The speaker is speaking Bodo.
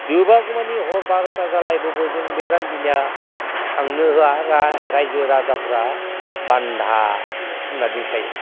जोबागौमानि हर बार'था जालायब्लाबो जों रान्दिनिया थांनो होआ रायजो राजाफोरा बान्धा खामना दोनखायो